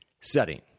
setting